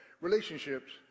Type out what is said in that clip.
relationships